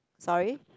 sorry